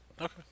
Okay